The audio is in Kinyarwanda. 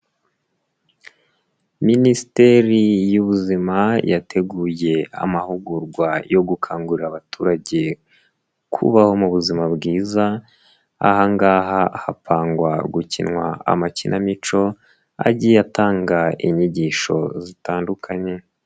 Minisiteri y'ubuzima yateguye amahugurwa yo gukangurira abaturage kubaho mu buzima bwiza, aha ngaha hapangwa gukinwa amakinamico agiye atanga inyigisho zitandukanye.